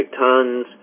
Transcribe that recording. tons